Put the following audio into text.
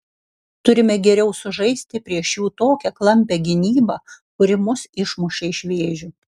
turime geriau sužaisti prieš jų tokią klampią gynybą kuri mus išmušė ir vėžių